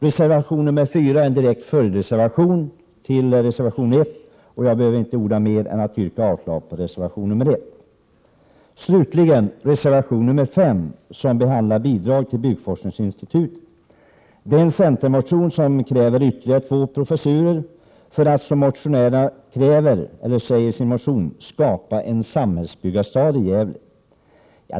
Reservation 4 är en direkt följdreservation till reservation 1, och jag behöver inte säga något mer här än att yrka avslag på reservation 1. Reservation 5, slutligen, behandlar bidrag till byggforskningsinstitutet. I en centermotion krävs ytterligare två professurer för att, som motionärerna säger, skapa en samhällsbyggarstad i Gävle.